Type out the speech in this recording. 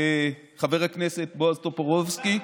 חבר הכנסת בועז טופורובסקי.